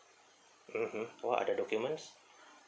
mmhmm what are the documents